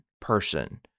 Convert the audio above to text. person